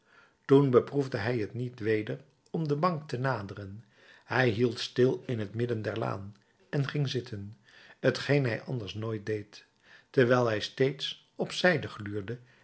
toen beproefde hij het niet weder om de bank te naderen hij hield stil in het midden der laan en ging zitten t geen hij anders nooit deed terwijl hij steeds op zijde gluurde